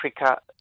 Africa